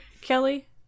Kelly